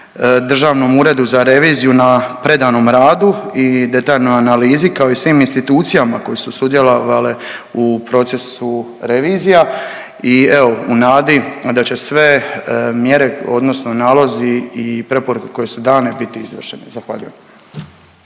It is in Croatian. Državnom uredu za reviziju na predanom radu i detaljnoj analizi, kao i svim institucijama koje su sudjelovale u procesu revizija i evo, u nadi da će sve mjere odnosno nalozi i preporuke koje su dane biti izvršene. Zahvaljujem.